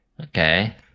Okay